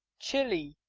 chilly,